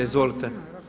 Izvolite.